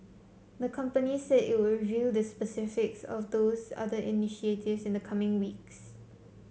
the company said it would reveal the specifics of those other initiatives in the coming weeks